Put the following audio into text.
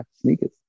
sneakers